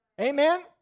Amen